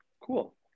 cool